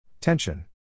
Tension